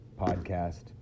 podcast